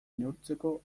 neurtzeko